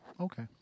Okay